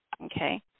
Okay